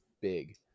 big